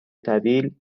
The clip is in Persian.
طویل